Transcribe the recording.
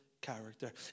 character